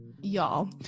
Y'all